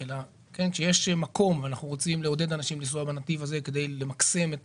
אלא כשיש מקום ואנחנו רוצים לעודד אנשים לנסוע בנתיב הזה כדי להגיע